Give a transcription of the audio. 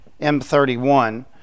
M31